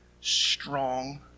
strong